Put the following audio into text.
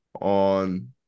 on